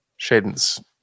Shaden's